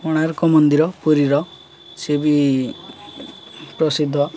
କୋଣାର୍କ ମନ୍ଦିର ପୁରୀର ସେ ବି ପ୍ରସିଦ୍ଧ